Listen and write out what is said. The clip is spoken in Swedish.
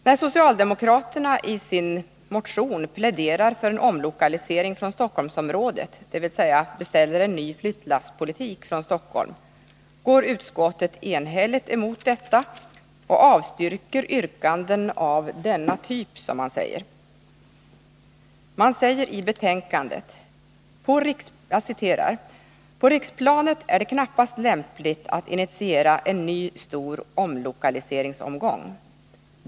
När socialdemokraterna i en av sina motioner pläderar för en omlokalisering från Stockholmsområdet, dvs. beställer en ny flyttlasspolitik, går utskottet enhälligt emot detta och avstyrker yrkanden av ”denna typ”, som man säger. Man säger i betänkandet: ”På riksplanet är det knappast lämpligt att initiera en ny stor omlokaliseringsomgång.